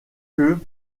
que